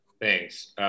Thanks